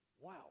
wow